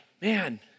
Man